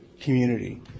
Community